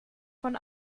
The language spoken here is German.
von